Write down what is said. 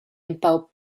empau